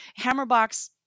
Hammerbox